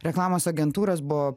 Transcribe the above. reklamos agentūros buvo